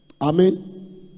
Amen